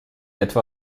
etwa